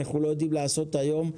אנחנו לא יודעים לעשות היום.